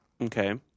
Okay